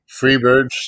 Freebirds